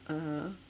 ah